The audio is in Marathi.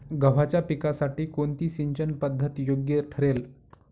गव्हाच्या पिकासाठी कोणती सिंचन पद्धत योग्य ठरेल?